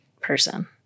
person